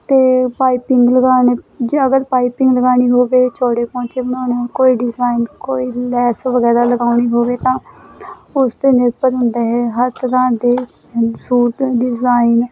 ਅਤੇ ਪਾਈਪਿੰਗ ਲਗਾਉਣੀ ਜੇ ਅਗਰ ਪਾਈਪਿੰਗ ਲਗਾਉਣੀ ਹੋਵੇ ਚੌੜੇ ਪੋਂਚੇ ਬਣਾਉਣੇ ਕੋਈ ਡਿਜ਼ਾਇਨ ਕੋਈ ਲੈਸ ਵਗੈਰਾ ਲਗਾਉਣੀ ਹੋਵੇ ਤਾਂ ਉਸ 'ਤੇ ਨਿਰਭਰ ਹੁੰਦਾ ਹੈ ਹਰ ਤਰ੍ਹਾਂ ਦੇ ਸੂਟ ਡਿਜ਼ਾਇਨ